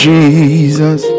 Jesus